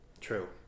True